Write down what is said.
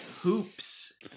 Hoops